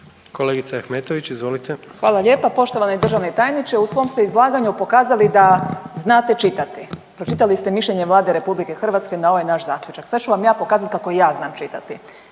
**Ahmetović, Mirela (SDP)** Hvala lijepa. Poštovani državni tajniče u svom ste izlaganju pokazali da znate čitati. Pročitali ste mišljenje Vlade RH na ovaj naš zaključak. Sad ću vam ja pokazati kako ja znam čitati.